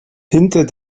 hinter